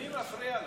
מי מפריע לכם?